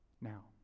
Now